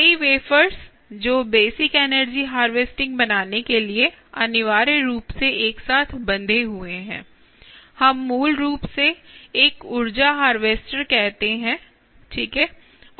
कई वेफर्स हैं जो बेसिक एनर्जी हार्वेस्टिंग बनाने के लिए अनिवार्य रूप से एक साथ बंधे हुए हैं हम मूल रूप से एक ऊर्जा हारवेस्टर कहते हैं ठीक है